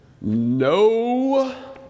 No